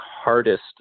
hardest